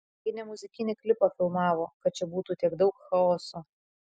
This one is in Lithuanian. gi ne muzikinį klipą filmavo kad čia būtų tiek daug chaoso